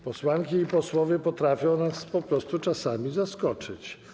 Posłanki i posłowie potrafią nas po prostu czasami zaskoczyć.